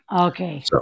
Okay